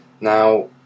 Now